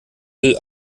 müll